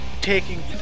taking